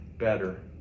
better